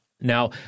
Now